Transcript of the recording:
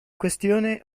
questione